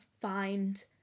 find